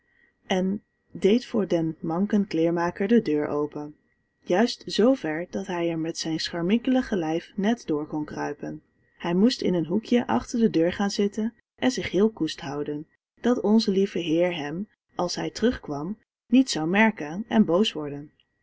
en deed voor den manken kleermaker de deur open juist zver dat hij er met zijn scharminkelige lijf net door kon kruipen hij moest in een hoekje achter de deur gaan zitten en zich heel koest houden dat onze lieve heer hem als hij terugkwam niet zou merken en boos worden